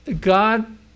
God